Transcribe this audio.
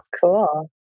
Cool